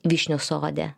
vyšnių sode